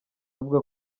avuga